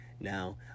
now